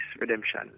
Redemption